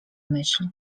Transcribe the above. myśl